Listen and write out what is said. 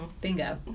Bingo